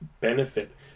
benefit